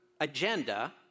agenda